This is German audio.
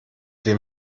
wem